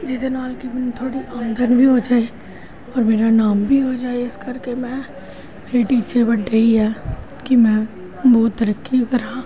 ਜਿਹਦੇ ਨਾਲ ਕਿ ਮੈਨੂੰ ਥੋੜ੍ਹੀ ਆਮਦਨ ਵੀ ਹੋ ਜਾਏ ਔਰ ਮੇਰਾ ਨਾਮ ਵੀ ਹੋ ਜਾਏ ਇਸ ਕਰਕੇ ਮੈਂ ਮੇਰੇ ਟੀਚੇ ਵੱਡੇ ਹੀ ਹੈ ਕਿ ਮੈਂ ਬਹੁਤ ਤਰੱਕੀ ਕਰਾਂ